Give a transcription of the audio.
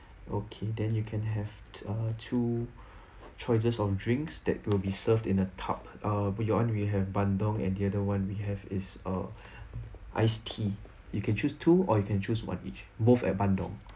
okay then you can have uh two choices of drinks that will be served in a tub uh beyond we have bandung and the other [one] we have is uh ice tea you can choose two or you can choose one each both at bandung